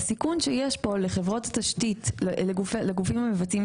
הסיכון שיש פה לגופים המבצעים,